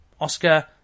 Oscar